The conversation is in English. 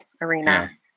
arena